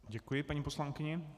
Děkuji paní poslankyni.